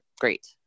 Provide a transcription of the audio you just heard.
great